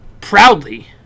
proudly